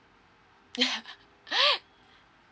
ya